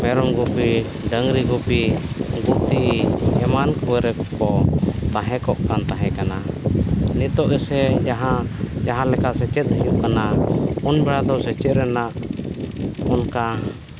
ᱢᱮᱨᱚᱢ ᱜᱩᱯᱤ ᱰᱟᱹᱝᱨᱤ ᱜᱩᱯᱤ ᱜᱩᱯᱤ ᱮᱢᱟᱱ ᱠᱚᱨᱮ ᱠᱚ ᱛᱟᱦᱮᱸ ᱠᱚᱜ ᱠᱟᱱ ᱛᱟᱦᱮᱸ ᱠᱟᱱᱟ ᱱᱤᱛᱚᱜ ᱜᱮᱥᱮ ᱡᱟᱦᱟᱸ ᱡᱟᱦᱟᱸ ᱞᱮᱠᱟ ᱥᱮᱪᱮᱫ ᱦᱩᱭᱩᱜ ᱠᱟᱱᱟ ᱩᱱ ᱵᱮᱲᱟ ᱫᱚ ᱥᱮᱪᱮᱫ ᱨᱮᱱᱟᱜ ᱚᱱᱠᱟ